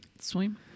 Swim